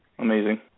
Amazing